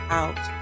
out